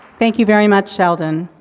thank you very much, sheldon.